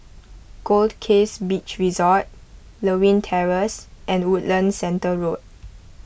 Goldkist Beach Resort Lewin Terrace and Woodlands Centre Road